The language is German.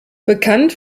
bekannt